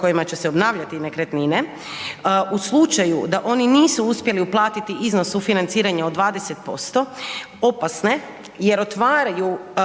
kojima će se obnavljati nekretnine, u slučaju da oni nisu uspjeli uplatiti iznos sufinanciranja od 20% opasne jer otvaraju